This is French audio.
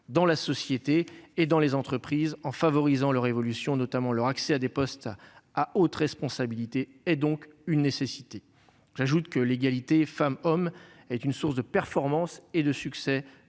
dans la société et dans les entreprises en favorisant leur progression et notamment leur accès à des postes à hautes responsabilités est donc une nécessité. En outre, l'égalité femmes-hommes est une source de performances et de succès